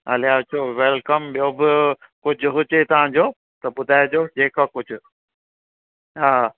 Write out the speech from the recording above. हलिया अचो वेल्कम ॿियो बि कुझु हुजे तव्हां जो त ॿुधाइजो जेको कुझु हा